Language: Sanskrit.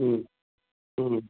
ह्म् ह्म्